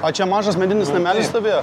o čia mažas medinis namelis stovėjo